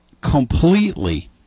completely